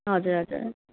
हजुर हजुर